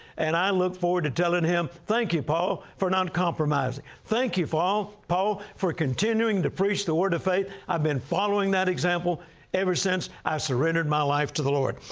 and i look forward to telling him, thank you, paul, for not compromising. thank you, paul, for continuing to preach the word of faith. i've been following that example ever since i surrendered my life to the lord.